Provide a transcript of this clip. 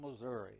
Missouri